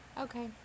Okay